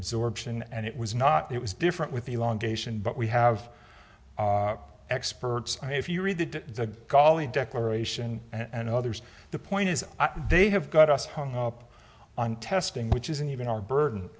absorption and it was not it was different with the long but we have experts i mean if you read the gali declaration and others the point is they have got us hung up on testing which isn't even our burden